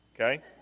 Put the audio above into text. okay